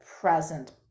present